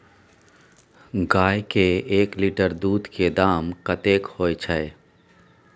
गाय के एक लीटर दूध के दाम कतेक होय छै?